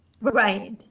right